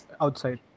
outside